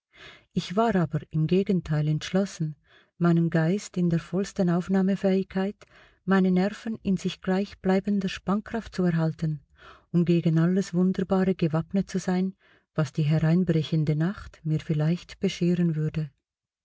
ich war aber im gegenteil entschlossen meinen geist in der vollsten aufnahmefähigkeit meine nerven in sich gleich bleibender spannkraft zu erhalten um gegen alles wunderbare gewappnet zu sein was die hereinbrechende nacht mir vielleicht bescheren würde